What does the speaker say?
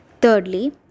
Thirdly